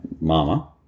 mama